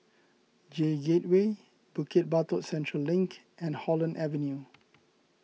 J Gateway Bukit Batok Central Link and Holland Avenue